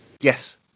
yes